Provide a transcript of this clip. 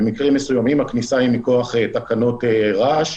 במקרים מסוימים הכניסה היא מכוח תקנות רעש,